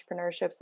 entrepreneurship's